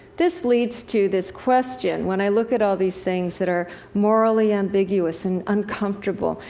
this leads to this question. when i look at all these things that are morally ambiguous and uncomfortable,